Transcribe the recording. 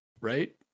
right